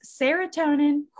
serotonin